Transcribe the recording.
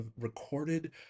recorded